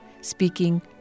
speaking